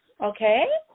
Okay